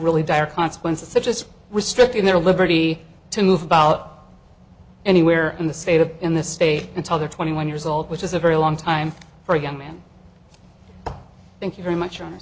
really dire consequences such as restricting their liberty to move about anywhere in the state of in this state until they're twenty one years old which is a very long time for a young man thank you very much